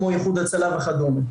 כמו איחוד הצלה וכדומה.